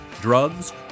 drugs